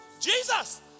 Jesus